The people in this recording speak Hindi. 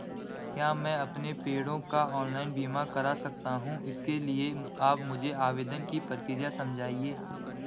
क्या मैं अपने पेड़ों का ऑनलाइन बीमा करा सकता हूँ इसके लिए आप मुझे आवेदन की प्रक्रिया समझाइए?